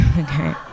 Okay